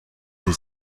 sie